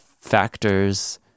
factors